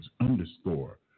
underscore